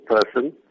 person